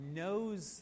knows